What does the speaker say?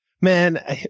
Man